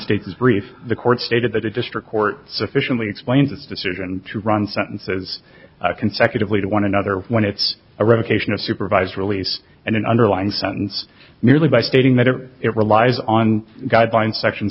states brief the court stated that a district court sufficiently explained its decision to run sentences consecutively to one another when it's a revocation of supervised release and an underlying sentence merely by stating that or it relies on guideline section